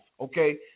okay